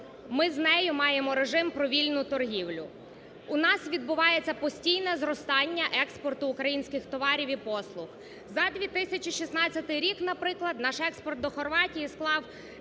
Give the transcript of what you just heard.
ми з нею маємо режим про вільну торгівлю, у нас відбувається постійне зростання експорту українських товарів і послуг. За 2016 рік, наприклад, наш експорт до Хорватії склав